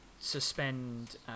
suspend